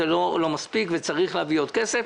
זה לא מספיק וצריך להביא עוד כסף,